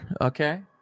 okay